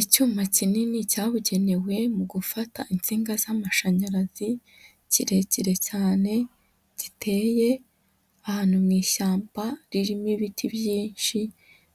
Icyuma kinini cyabugenewe mu gufata insinga z'amashanyarazi, kirekire cyane, giteye ahantu mu ishyamba ririmo ibiti byinshi